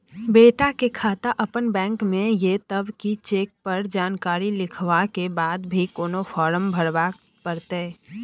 बेटा के खाता अपने बैंक में ये तब की चेक पर जानकारी लिखवा के बाद भी कोनो फारम भरबाक परतै?